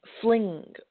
fling